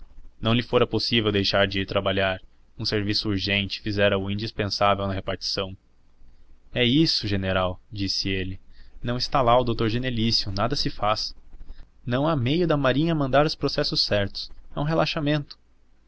não lhe fora possível deixar de ir trabalhar um serviço urgente fizera o indispensável na repartição é isto general disse ele não está lá o doutor genelício nada se faz não há meio da marinha mandar os processos certos é um relaxamento